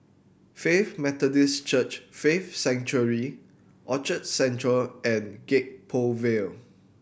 Faith Methodist Church Faith Sanctuary Orchard Central and Gek Poh Ville